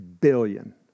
billion